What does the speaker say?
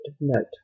note